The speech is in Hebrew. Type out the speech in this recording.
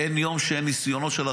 אין יום שאין עשרות ניסיונות.